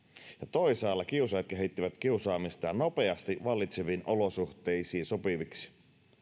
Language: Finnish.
toisaalla kiusaajat kehittivät kiusaamistaan nopeasti vallitseviin olosuhteisiin sopivaksi